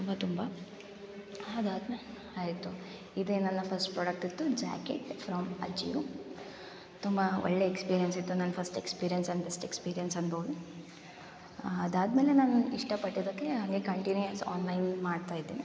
ತುಂಬ ತುಂಬ ಹಾಗೆ ಆದ್ಮೇಲೆ ಆಯಿತು ಇದೇ ನನ್ನ ಫಸ್ಟ್ ಪ್ರಾಡಕ್ಟ್ ಇತ್ತು ಜಾಕೆಟ್ ಫ್ರಮ್ ಅಜಿಯೋ ತುಂಬ ಒಳ್ಳೆ ಎಕ್ಸ್ಪೀರಿಯನ್ಸ್ ಇತ್ತು ನನ್ನ first experience and best experience ಅನ್ಬೋದು ಅದಾದ ಮೇಲೆ ನಾನು ಇಷ್ಟ ಪಟ್ಟಿದ್ದಕ್ಕೆ ಹಂಗೆ ಕಂಟಿನ್ಯೂಸ್ ಆನ್ಲೈನ್ ಮಾಡ್ತಾ ಇದ್ದೇನೆ